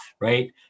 right